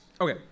Okay